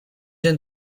and